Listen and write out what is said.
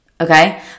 Okay